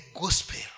gospel